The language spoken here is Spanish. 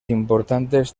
importantes